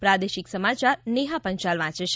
પ્રાદેશિક સમાયાર નેહા પંચાલ વાંચે છે